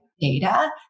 data